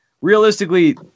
realistically